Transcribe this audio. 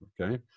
okay